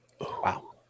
Wow